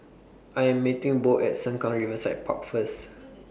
I Am meeting Bo At Sengkang Riverside Park First